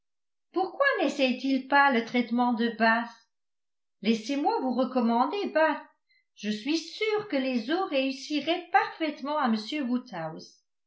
pourquoi nessaye t il pas le traitement de bath laissez-moi vous recommander bath je suis sûre que les eaux réussiraient parfaitement à